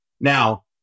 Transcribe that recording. Now